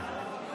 במקומותיכם.